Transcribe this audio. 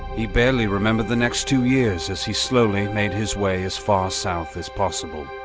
he barely remembered the next two years, as he slowly made his way as far south as possible.